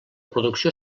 producció